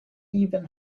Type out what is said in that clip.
even